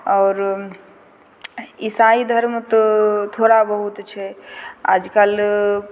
आओर ईसाई धर्म तो थोड़ा बहुत छै आइकाल्हि